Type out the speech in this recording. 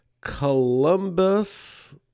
Columbus